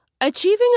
Achieving